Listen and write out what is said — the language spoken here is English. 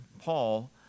Paul